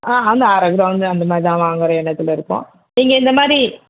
ஆ அது அரை க்ரௌண்ட் அந்த மாதிரிதான் வாங்குற எண்ணத்தில் இருக்கோம் நீங்கள் இந்த மாதிரி